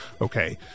Okay